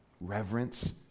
reverence